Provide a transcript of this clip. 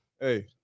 Hey